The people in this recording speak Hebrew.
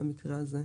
במקרה הזה.